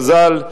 מזל,